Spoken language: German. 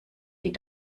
die